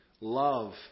love